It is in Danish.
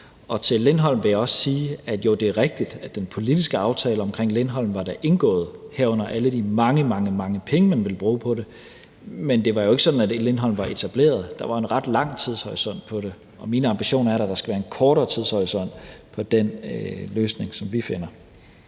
til Lindholm vil jeg også sige, at det da er rigtigt, at den politiske aftale omkring Lindholm var indgået, herunder alle de mange, mange penge, man ville bruge på det, men at det jo ikke var sådan, at Lindholm var etableret. Der var jo en ret lang tidshorisont på det, og mine ambitioner er da, at der skal være en kortere tidshorisont på den løsning, som vi finder.